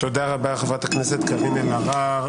תודה רבה חברת הכנסת קארין אלהרר.